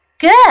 Good